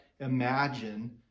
imagine